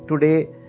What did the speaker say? Today